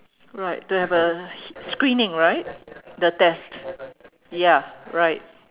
right to have a screening right the test ya right